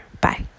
Bye